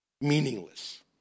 meaningless